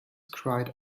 cried